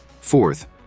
Fourth